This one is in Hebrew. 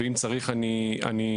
ואם צריך אני אפרט.